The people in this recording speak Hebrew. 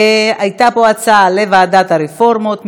הייתה פה הצעה לוועדת הרפורמות.